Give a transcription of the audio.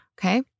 Okay